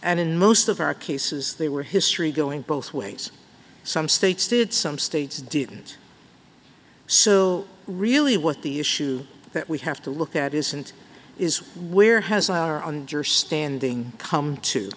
and in most of our cases they were history going both ways some states did some states didn't so really what the issue that we have to look at isn't is where has our understanding come to